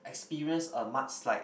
experience a much slight